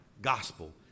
gospel